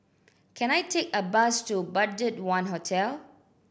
can I take a bus to BudgetOne Hotel